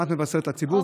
מה את מבשרת לציבור?